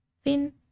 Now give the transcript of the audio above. Fin